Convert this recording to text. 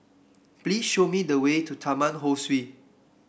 please show me the way to Taman Ho Swee